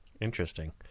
Interesting